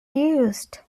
used